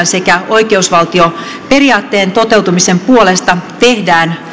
sekä oikeusvaltioperiaatteen toteutumisen puolesta tehdään